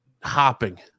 hopping